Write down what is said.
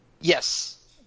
Yes